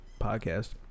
podcast